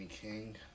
King